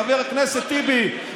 חבר כנסת טיבי,